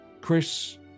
Chris